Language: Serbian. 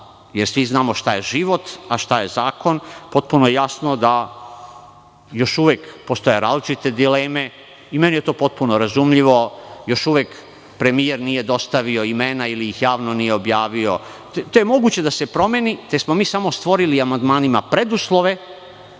jer svi znamo šta je život a šta je zakon, potpuno je jasno da još uvek postoje različite dileme i meni je to potpuno razumljivo, još uvek premijer nije dostavio imena ili ih javno nije objavio. To je moguće da se promeni, te smo mi samo stvorili amandmanima preduslove